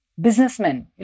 businessmen